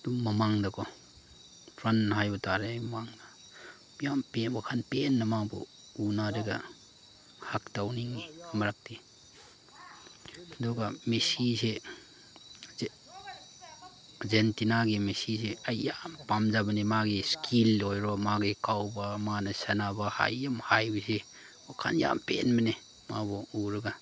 ꯑꯗꯨꯝ ꯃꯃꯥꯡꯗꯀꯣ ꯐ꯭ꯔꯟꯠ ꯍꯥꯏꯕ ꯇꯥꯔꯦ ꯃꯍꯥꯛꯅ ꯌꯥꯝ ꯋꯥꯈꯜ ꯄꯦꯟꯅ ꯃꯥꯕꯨ ꯎꯅꯔꯒ ꯍꯒ ꯇꯧꯅꯤꯡꯉꯤ ꯑꯃꯨꯔꯛꯇꯤ ꯑꯗꯨꯒ ꯃꯦꯁꯤꯁꯤ ꯑꯔꯖꯦꯟꯇꯤꯅꯥꯒꯤ ꯃꯦꯁꯤꯁꯤ ꯑꯩ ꯌꯥꯝ ꯄꯥꯝꯖꯕꯅꯦ ꯃꯥꯒꯤ ꯏꯁꯀꯤꯜ ꯑꯣꯏꯔꯣ ꯃꯥꯒꯤ ꯀꯥꯎꯕ ꯃꯥꯅ ꯁꯥꯟꯅꯕ ꯍꯥꯏꯍꯨꯝ ꯍꯥꯏꯕꯁꯤ ꯋꯥꯈꯜ ꯌꯥꯝ ꯄꯦꯟꯕꯅꯤ ꯃꯥꯕꯨ ꯎꯔꯒ